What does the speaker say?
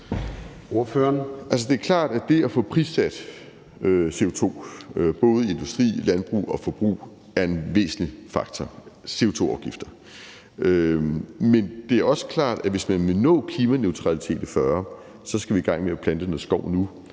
det er klart, at det at få prissat CO2 for både industri, landbrug og forbrug er en væsentlig faktor, altså CO2-afgifter. Men det er også klart, at hvis man vil nå klimaneutralitet i 2040, skal vi i gang med at plante noget skov nu,